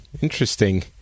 interesting